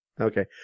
Okay